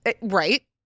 right